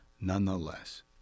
nonetheless